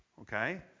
Okay